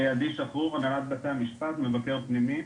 עדי שחור, הנהלת בתי המשפט, מבקר פנימי.